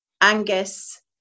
Angus